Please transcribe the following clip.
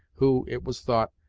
who, it was thought,